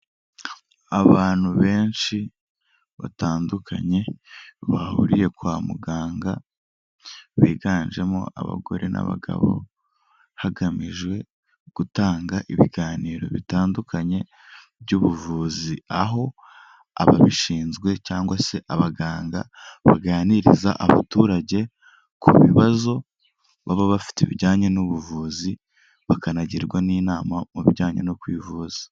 Abantu benshi batandukanye bahuriye kwa muganga biganjemo abagore n'abagabo, hagamijwe gutanga ibiganiro bitandukanye by'ubuvuzi aho ababishinzwe cyangwa se abaganga baganiriza abaturage ku bibazo baba bafite bijyanye n'ubuvuzi bakagirwa n'inama mu bijyanye no kwivuza.